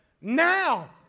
Now